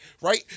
Right